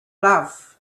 love